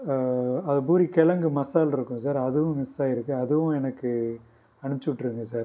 அது பூரி கெழங்கு மசால் இருக்கும் சார் அதுவும் மிஸ்ஸாயிருக்கு அதுவும் எனக்கு அனுப்புச்சுவுட்ருங்க சார்